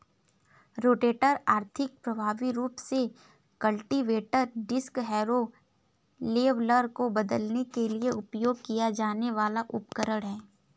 rotator आर्थिक, प्रभावी रूप से कल्टीवेटर, डिस्क हैरो, लेवलर को बदलने के लिए उपयोग किया जाने वाला उपकरण है